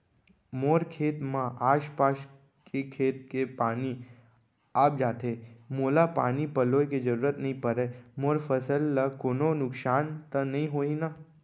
मोर खेत म आसपास के खेत के पानी आप जाथे, मोला पानी पलोय के जरूरत नई परे, मोर फसल ल कोनो नुकसान त नई होही न?